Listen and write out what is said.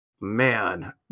man